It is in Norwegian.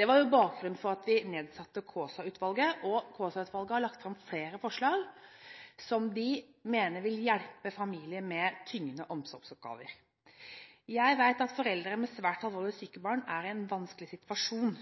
Det var jo bakgrunnen for at vi nedsatte Kaasa-utvalget, og utvalget har lagt fram flere forslag som vi mener vil hjelpe familier med tyngende omsorgsoppgaver. Jeg vet at foreldre med svært alvorlig syke barn er i en vanskelig situasjon.